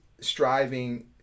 striving